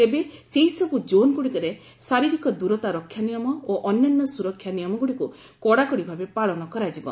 ତେବେ ସେହିସବୁ ଜୋନ୍ଗୁଡ଼ିକରେ ଶାରୀରିକ ଦୂରତା ରକ୍ଷା ନିୟମ ଓ ଅନ୍ୟାନ୍ୟ ସୁରକ୍ଷା ନିୟମଗୁଡ଼ିକୁ କଡ଼ାକଡ଼ି ଭାବେ ପାଳନ କରାଯିବ